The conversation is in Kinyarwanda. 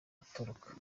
atoroka